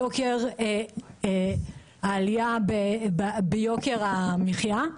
העלייה ביוקר המחיה.